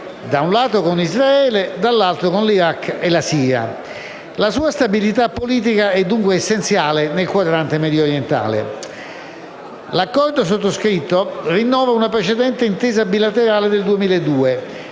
da un lato con Israele e dall'altro con l'Iraq e la Siria. La sua stabilità politica è dunque essenziale nel quadrante mediorientale. L'accordo sottoscritto rinnova una precedente intesa bilaterale del 2002